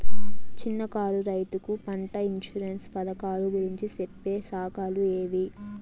చిన్న కారు రైతుకు పంట ఇన్సూరెన్సు పథకాలు గురించి చెప్పే శాఖలు ఏవి?